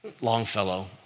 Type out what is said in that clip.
Longfellow